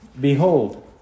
Behold